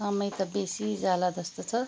समय त बेसी जाला जस्तो छ